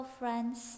friends